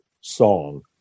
song